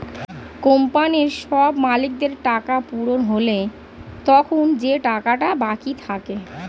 কোম্পানির সব মালিকদের টাকা পূরণ হলে তখন যে টাকাটা বাকি থাকে